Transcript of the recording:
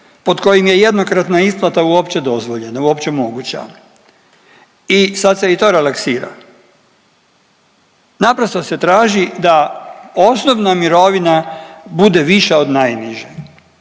pod kojim je jednokratna isplata uopće dozvoljena, uopće moguća. I sad se i to relaksira. Naprosto se traži da osnovna mirovina bude više od najniže.